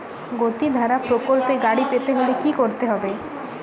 গতিধারা প্রকল্পে গাড়ি পেতে হলে কি করতে হবে?